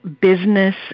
business